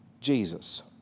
Jesus